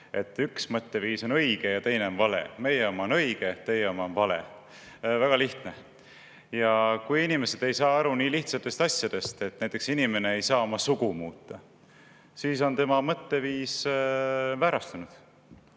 üks mõtteviis on õige ja teine on vale: meie oma on õige, teie oma on vale. Väga lihtne! Kui inimesed ei saa aru nii lihtsatest asjadest, et näiteks inimene ei saa oma sugu muuta, siis on tema mõtteviis väärastunud,